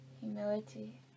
humility